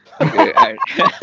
okay